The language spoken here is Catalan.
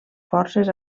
forces